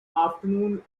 afternoon